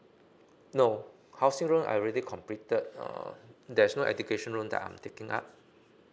no housing loan I already completed uh there's no educational that I'm taking up